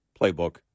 playbook